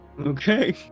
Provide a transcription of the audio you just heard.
Okay